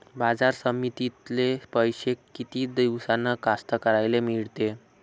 बाजार समितीतले पैशे किती दिवसानं कास्तकाराइले मिळते?